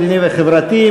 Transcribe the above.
המדיני וחברתי,